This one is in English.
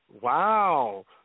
Wow